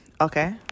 okay